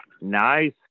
nice